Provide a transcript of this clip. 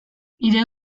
nire